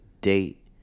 date